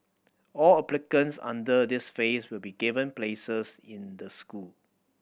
all applicants under this phase will be given places in the school